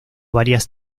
varias